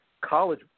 college